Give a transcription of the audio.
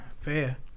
Fair